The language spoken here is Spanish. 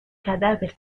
cadáver